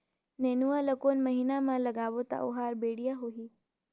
नेनुआ ला कोन महीना मा लगाबो ता ओहार बेडिया होही?